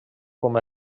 com